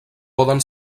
poden